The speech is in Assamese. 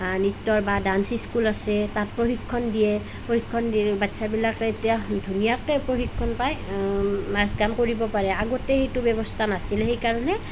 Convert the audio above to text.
নৃত্যৰ বা ডান্স স্কুল আছে তাত প্ৰশিক্ষণ দিয়ে প্ৰশিক্ষণ দিয়ে বাচ্ছাবিলাকে এতিয়া ধুনীয়াকৈ প্ৰশিক্ষণ পাই নাচ গান কৰিব পাৰে আগতে সেইটো ব্যৱস্থা নাছিল সেইকাৰণে